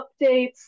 updates